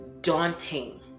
daunting